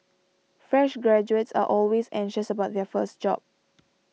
fresh graduates are always anxious about their first job